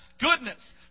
goodness